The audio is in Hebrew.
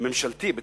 ממשלתי כל